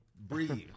Breathe